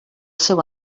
seu